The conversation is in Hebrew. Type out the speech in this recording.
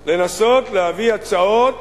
לנסות להביא הצעות